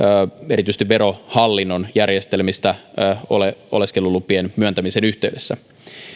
erityisesti verohallinnon järjestelmistä oleskelulupien myöntämisen yhteydessä